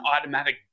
automatic